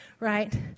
right